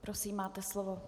Prosím, máte slovo.